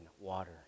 water